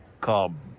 come